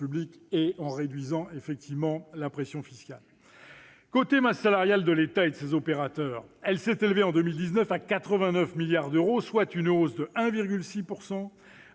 et en réduisant la pression fiscale. La masse salariale de l'État et de ses opérateurs s'est élevée en 2019 à 89 milliards d'euros, soit une hausse de 1,6